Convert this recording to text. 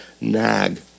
nag